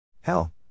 Hell